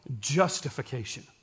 justification